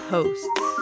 Hosts